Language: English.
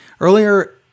Earlier